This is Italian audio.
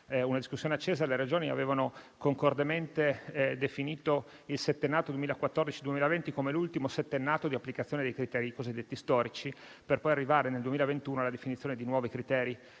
di sette anni fa), le Regioni avevano concordemente definito il settennato 2014-2020 come l'ultimo di applicazione dei criteri cosiddetti storici, per poi arrivare nel 2021 alla definizione di nuovi criteri.